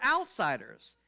outsiders